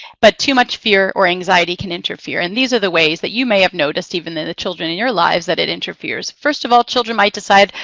but too much fear or anxiety can interfere, and these are the ways that you may have noticed even in the children in your lives, that it interferes. first of all, children might decide,